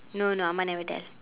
no no amma never tell